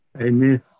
Amen